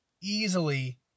easily